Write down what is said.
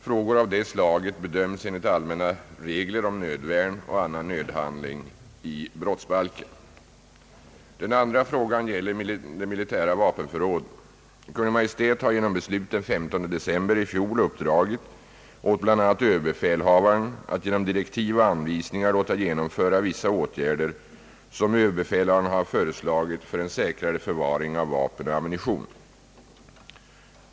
Frågor av det slaget bedöms enligt allmänna regler om nödvärn och annan nödhandling i brottsbalken. 2. Militärförråden. Kungl. Maj:t har genom beslut den 15 december 1967 uppdragit åt bl.a. överbefälhavaren att genom direktiv och anvisningar låta genomföra vissa åtgärder som överbefälhavaren har föreslagit för en säkrare förvaring av vapen och ammunition.